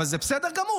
אבל זה בסדר גמור,